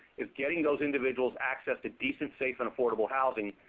is getting those individuals access to decent, safe, and affordable housing.